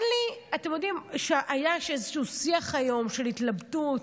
אתם יודעים, היה איזשהו שיח היום, של התלבטות.